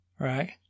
right